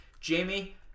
Jamie